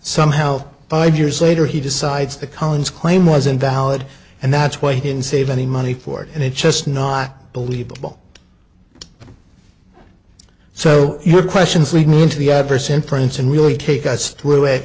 somehow five years later he decides the collins claim was invalid and that's why he didn't save any money for it and it's just not believable so your questions lead me into the adverse imprints and really take us through it